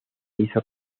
hizo